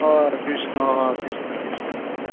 অঁ কৃষ্ণ কৃষ্ণ কৃষ্ণ কৃষ্ণ